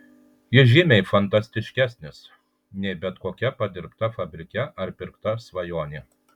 jis žymiai fantastiškesnis nei bet kokia padirbta fabrike ar pirkta svajonė